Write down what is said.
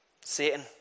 Satan